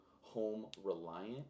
home-reliant